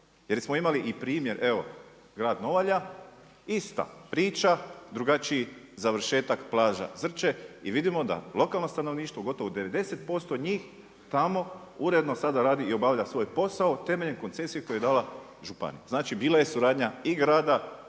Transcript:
Jer smo imali i primjer, evo grad Novalja ista priča drugačiji završetak plaža Zrče. I vidimo da lokalno stanovništvo gotovo 90% njih tamo uredno sada radi i obavlja svoj posao temeljem koncesije koji je dala županija. Znači, bila je suradnja i grada